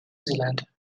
zealand